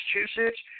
Massachusetts